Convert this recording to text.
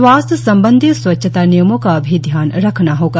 श्वास संबंधी स्वच्छता नियमों का भी ध्यान रखना होगा